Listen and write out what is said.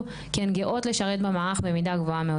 כי הן גאות לשרת במערך במידה גבוהה מאוד.